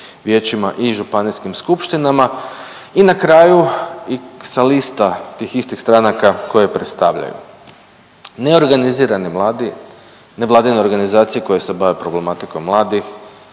vijećima i županijskim skupštinama i na kraju sa lista tih istih stranaka koje predstavljaju. Neorganizirani mladi, nevladine organizacije koje se bave problematikom mladih,